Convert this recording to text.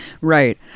Right